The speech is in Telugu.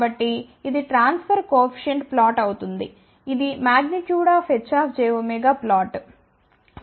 కాబట్టి ఇది ట్రాన్ఫర్ కోఎఫిషియంట్ ప్లాట్ అవుతుంది ఇది |H jω | ప్లాట్